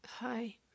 Hi